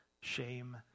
shame